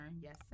Yes